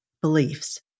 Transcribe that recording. beliefs